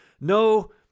no